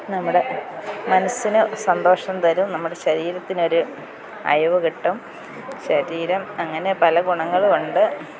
നമ്മുടെ മനസ്സിനു സന്തോഷം തരും നമ്മുടെ ശരീരത്തിനൊരു അയവു കിട്ടും ശരീരം അങ്ങനെ പല ഗുണങ്ങളുമുണ്ട്